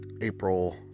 April